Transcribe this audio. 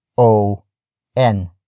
O-N